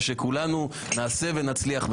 ושכולנו נעשה ונצליח,